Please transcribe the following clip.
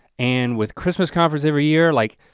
and with christmas conference every year, like,